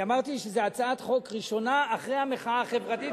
אני אמרתי שזו הצעת חוק ראשונה אחרי המחאה החברתית,